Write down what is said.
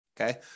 Okay